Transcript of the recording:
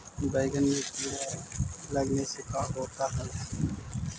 बैंगन में कीड़े लगने से का होता है?